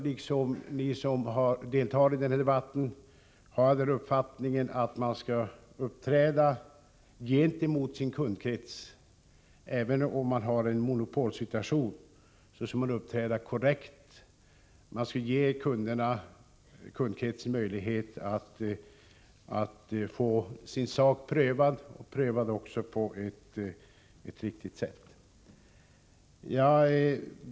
Liksom ni som har deltagit i denna debatt har jag den uppfattningen att företaget — även om det har en monopolsituation — skall uppträda korrekt gentemot sin kundkrets och ge kunderna möjlighet att få sin sak prövad på ett riktigt sätt.